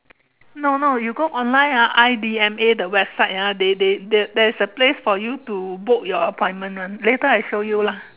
no no you go online ah I_D_M_A the website ah they they the there is a place for you to book your appointment one later I show you lah